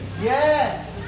Yes